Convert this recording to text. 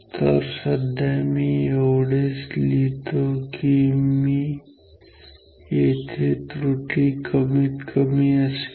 तर सध्या मी एवढेच लिहितो की येथे त्रुटी कमीत कमी असेल